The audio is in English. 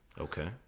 Okay